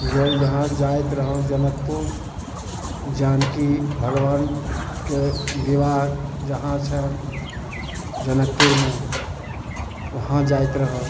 इहाँ जाइत रहौं जनकपुर जानकी भगबानके विवाह जहाँ छनि जनकपुरमे उहाँ जाइत रहौं